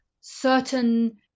certain